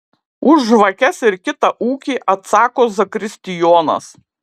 už žvakes ir kitą ūkį atsako zakristijonas